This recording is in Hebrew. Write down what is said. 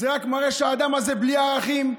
זה רק מראה שהאדם הזה בלי ערכים,